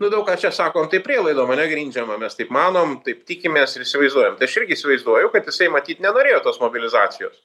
nu daug ką čia sakom tai prielaidom ane grindžiama mes taip manom taip tikimės ir įsivaizduojam tai aš irgi įsivaizduoju kad jisai matyt nenorėjo tos mobilizacijos